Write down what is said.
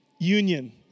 union